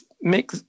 make